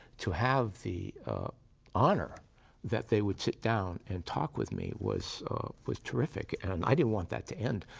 to have the honor that they would sit down and talk with me was was terrific. and i didn't want that to end.